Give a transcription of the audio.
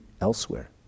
elsewhere